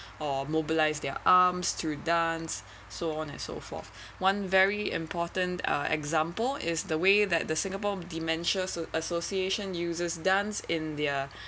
or mobilise their arms through dance so on and so forth one very important uh example is the way that the singapore dementia asso~ association uses dance in their